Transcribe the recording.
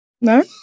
No